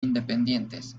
independientes